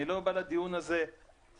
אני לא בא לדיון הזה טעון,